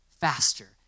faster